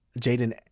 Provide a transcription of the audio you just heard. Jaden